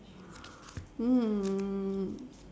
um